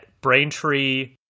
braintree